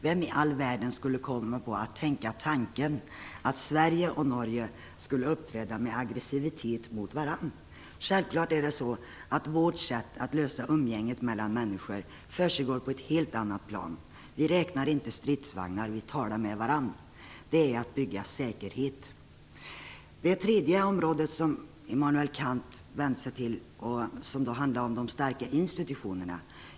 Vem i all världen skulle tänka tanken att Sverige och Norge skulle uppträda med aggresivitet mot varandra? Självklart ligger vårt sätt att lösa umgänget mellan människor på ett helt annat plan. Vi räknar inte stridsvagnar utan talar med varandra. Det är att bygga säkerhet. Det tredje villkor som Immanuel Kant framhöll var starka institutioner.